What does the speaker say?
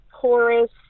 porous